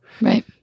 right